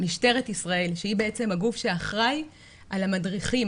משטרת ישראל שהיא הגוף שאחראי על המדריכים,